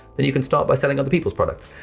than you can start by selling other peoples products.